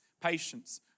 patience